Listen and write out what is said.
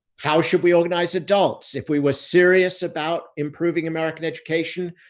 how should we organize adults? if we were serious about improving american education,